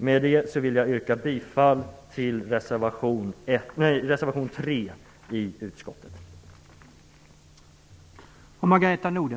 Med detta yrkar jag bifall till reservation 3 i utskottets betänkande.